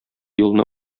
юлны